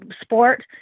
sport